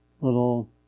little